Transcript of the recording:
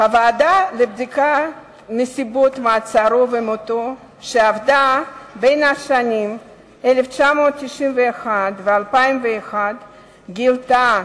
הוועדה לבדיקת נסיבות מעצרו ומותו שעבדה בשנים 1991 2001 גילתה